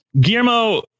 Guillermo